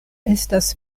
estas